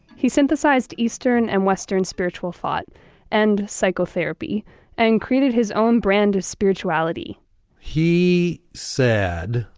he synthesized eastern and western spiritual thought and psychotherapy and created his own brand of spirituality he said,